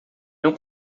não